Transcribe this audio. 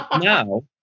now